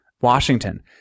Washington